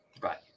Right